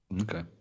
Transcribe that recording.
Okay